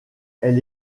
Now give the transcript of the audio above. elle